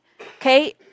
okay